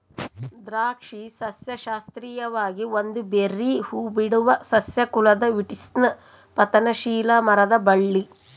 ದ್ರಾಕ್ಷಿ ಸಸ್ಯಶಾಸ್ತ್ರೀಯವಾಗಿ ಒಂದು ಬೆರ್ರೀ ಹೂಬಿಡುವ ಸಸ್ಯ ಕುಲದ ವಿಟಿಸ್ನ ಪತನಶೀಲ ಮರದ ಬಳ್ಳಿ